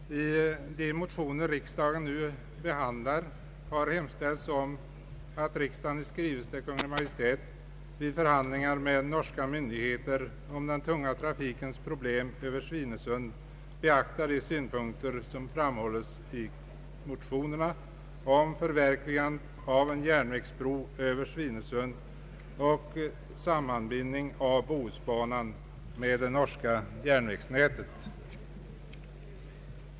Herr talman! I de motioner som nu behandlas har hemställts att riksdagen i skrivelse till Kungl. Maj:t, vid förhandlingar med norska myndigheter om den tunga trafikens problem över Svinesund, beaktar de synpunkter motionärerna framfört rörande förverkligandet av en järnvägsbro över Svinesund och sammanbindning av Bohusbanan med det norska järnvägsnätet.